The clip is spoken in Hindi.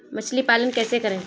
मछली पालन कैसे करें?